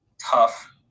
tough